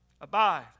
Abide